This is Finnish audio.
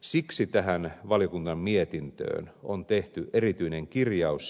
siksi tähän valiokunnan mietintöön on tehty erityinen kirjaus